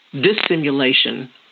dissimulation